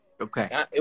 Okay